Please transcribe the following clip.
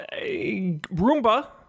Roomba